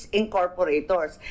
incorporators